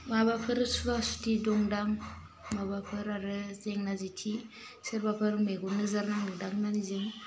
माबाफोर सुवा सुथि दंदां माबाफोर आरो जेंना जेथि सोरबाफोर मेगन नोजोर नांदोंदां होन्नानै जों